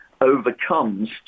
overcomes